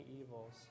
evils